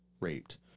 raped